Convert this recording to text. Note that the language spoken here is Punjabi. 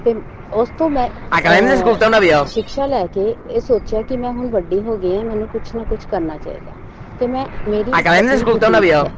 ਅਤੇ ਉਸ ਤੋਂ ਮੈਂ ਸ਼ਿਕਸ਼ਾ ਲੈ ਕੇ ਇਹ ਸੋਚਿਆ ਕਿ ਮੈਂ ਹੁਣ ਵੱਡੀ ਹੋ ਗਈ ਹਾਂ ਮੈਨੂੰ ਕੁਝ ਨਾ ਕੁਝ ਕਰਨਾ ਚਾਹੀਦਾ ਅਤੇ ਮੈਂ ਮੇਰੀ ਇੱਕ ਆਪਣੀ ਬੁਟੀਕ ਹੈ